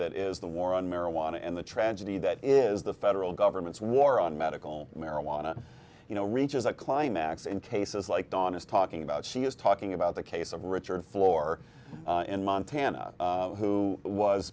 that is the war on marijuana and the tragedy that is the federal government's war on medical marijuana you know reaches a climax in cases like dawn is talking about she is talking about the case of richard floor in montana who was